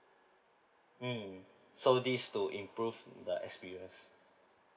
mm so this is to improve the experience